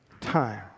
time